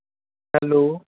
hello